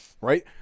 right